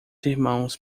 irmãos